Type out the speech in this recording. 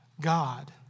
God